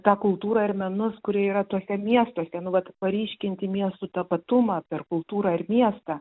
tą kultūrą ir menus kurie yra tuose miestuose nu vat paryškinti miestų tapatumą per kultūrą ir miestą